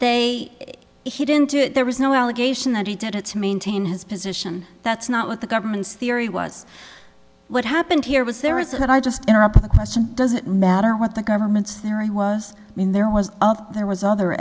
they he didn't do it there was no allegation that he did it to maintain his position that's not what the government's theory was what happened here was there is what i just interrupt the question does it matter what the government's theory was in there was up there was other